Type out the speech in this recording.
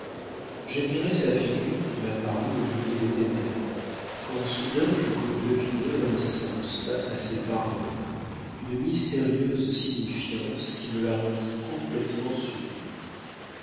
j'admirais sa figure qui m'apparut au milieu des ténèbres quand soudain je crus deviner un sens à ses paroles une mystérieuse signifiance qui me la rendit complétement sublime